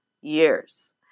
years